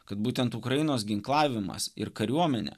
kad būtent ukrainos ginklavimas ir kariuomenė